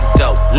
dope